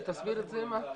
אבל למה זה וולונטרי?